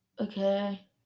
okay